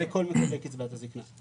לכל מי שמקבל קצבת זקנה.